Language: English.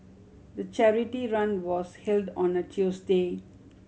the charity run was held on a Tuesday